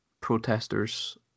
protesters